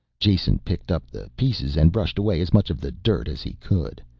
jason picked up the pieces and brushed away as much of the dirt as he could.